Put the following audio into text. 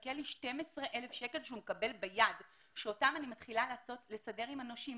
מחכים לו 12,000 שקלים שהוא מקבל ביד ואתם הוא מתחיל להסתדר עם הנושים.